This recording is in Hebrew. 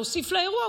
כדי להוסיף לאירוע,